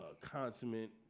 consummate